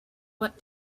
what